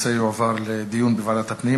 הנושא יועבר לדיון בוועדת הפנים.